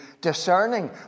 discerning